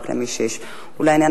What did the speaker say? רק מי שיש לו אולי עניין,